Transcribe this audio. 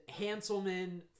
Hanselman